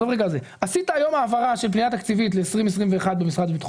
עשית היום העברה של פנייה תקציבית ל-2021 במשרד לביטחון